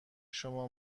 شما